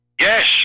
yes